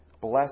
Bless